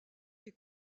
est